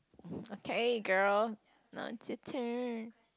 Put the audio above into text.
okay girl now's your turn